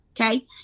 Okay